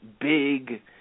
big